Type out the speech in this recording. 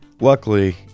Luckily